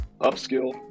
Upskill